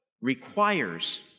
requires